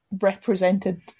represented